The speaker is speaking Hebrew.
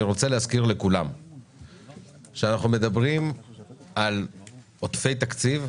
רוצה להזכיר לכולם שכשאנחנו מדברים על עודפי תקציב,